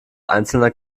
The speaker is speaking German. einzelner